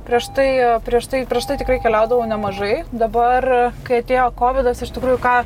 prieš tai prieš tai prieš tai tikrai keliaudavau nemažai dabar kai atėjo kovidas iš tikrųjų ką